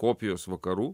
kopijos vakarų